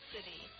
City